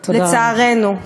לצערנו.